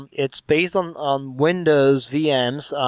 and it's based on on windows, vm's.